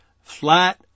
flat